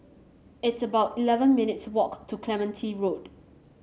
it's about eleven minutes' walk to Clementi Road